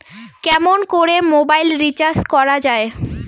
কেমন করে mobile recharge করা য়ায়?